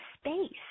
space